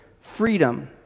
freedom